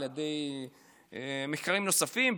מחקרים נוספים,